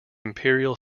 imperial